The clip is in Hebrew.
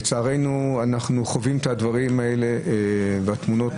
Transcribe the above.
לצערנו אנחנו חווים את הדברים האלה והתמונות